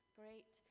great